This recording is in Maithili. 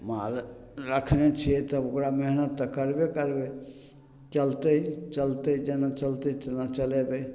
माल रखने छियै तब ओकरा मेहनत तऽ करबे करबय चलतय चलतय जेना चलतय तेना चलेबय